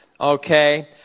Okay